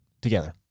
together